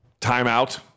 timeout